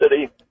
City